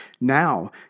Now